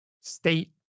state